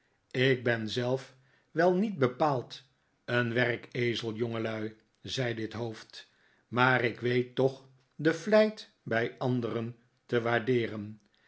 ik ben zelf wel niet bepaald een werkezel jongelui zei dit hoofd maar ik weet toch de vlijt bij anderen te waardeeren